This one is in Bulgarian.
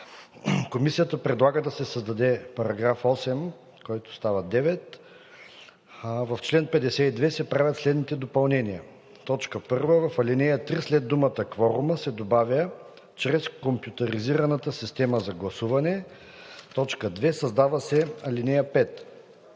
Комисията предлага да се създаде § 8, който става § 9: „В чл. 52 се правят следните допълнения: 1. В ал. 3 след думата „кворума“ се добавя „чрез компютризираната система за гласуване“. 2. Създава се ал. 5: